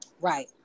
Right